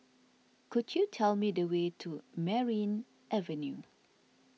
could you tell me the way to Merryn Avenue